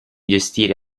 gestire